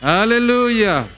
Hallelujah